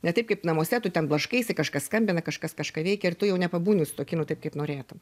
ne taip kaip namuose tu ten blaškaisi kažkas skambina kažkas kažką veikia ir tu jau nepabūni su tuo kinu taip kaip norėtum